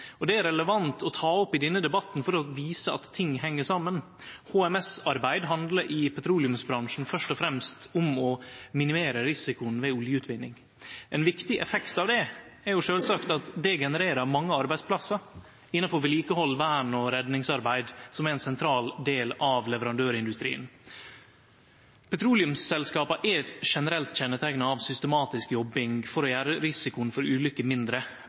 Dette er det relevant å ta opp i denne debatten for å vise at ting heng saman. HMS-arbeid i petroleumsbransjen handlar først og fremst om å minimere risikoen ved oljeutvinning. Ein viktig effekt av det er sjølvsagt at det genererer mange arbeidsplassar innanfor vedlikehald, vern og redningsarbeid, som er ein sentral del av leverandørindustrien. Petroleumsselskapa er generelt kjenneteikna av systematisk jobbing for å gjere risikoen for ulykker mindre,